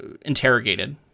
interrogated